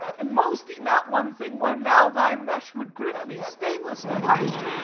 and most in that one thing, where now thy mesh would grip me, stainless quite!